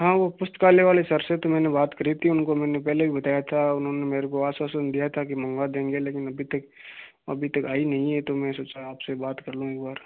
हाँ वह पुस्तकालय वाले सर से तो मैंने बात करी थी उनको मैंने पहले भी बताया था उन्होंने मेरे को आश्वासन दिया था कि मँगवा देंगे लेकिन अभी तक अभी तक आई नहीं है तो मैं सोचा आपसे बात कर लूँ एक बार